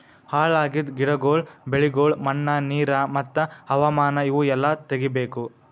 ಹಾಳ್ ಆಗಿದ್ ಗಿಡಗೊಳ್, ಬೆಳಿಗೊಳ್, ಮಣ್ಣ, ನೀರು ಮತ್ತ ಹವಾಮಾನ ಇವು ಎಲ್ಲಾ ತೆಗಿಬೇಕು